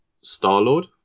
Star-Lord